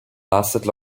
lasted